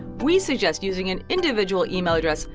we suggest using an individual email address,